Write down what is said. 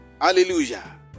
Hallelujah